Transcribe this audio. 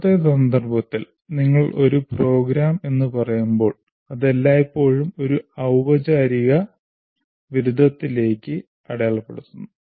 ഇന്നത്തെ സന്ദർഭത്തിൽ നിങ്ങൾ ഒരു പ്രോഗ്രാം എന്ന് പറയുമ്പോൾ അത് എല്ലായ്പ്പോഴും ഒരു ഔ പചാരിക ബിരുദത്തിലേക്ക് അടയാളപ്പെടുത്തുന്നു